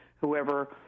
whoever